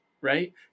right